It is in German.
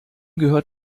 gehört